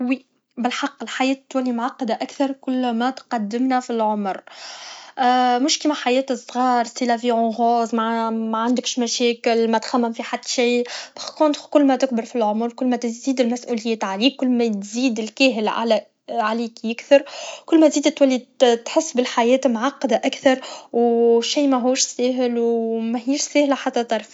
وي بالحق الحياة تولي معقده اكثركلما تقدمنا فالعمر مش كما حياة الصغار سي لافي اون غوز مع معندكش مشاكل متخمم في حت شي باغ كونطخ كي تكبر في العمر كلما تزيد المسؤوليات عليك كلما تزيد الكاهل عليك يكثر كلما تزيد تحس الحياة معقده اكثر و شي مهوش ساهل مهيش ساهله حتى طرف